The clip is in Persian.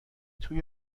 توی